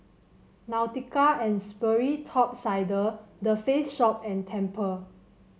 Nautica And Sperry Top Sider The Face Shop and Tempur